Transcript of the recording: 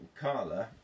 Carla